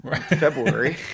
February